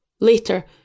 Later